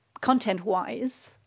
content-wise